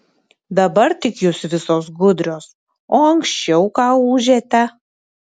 dabar tik jūs visos gudrios o anksčiau ką ūžėte